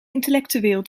intellectueel